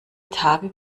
tage